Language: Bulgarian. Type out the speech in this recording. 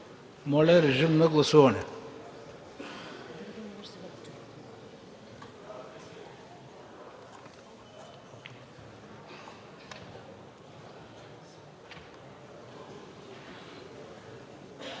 Моля, режим на гласуване